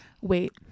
Wait